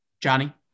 Johnny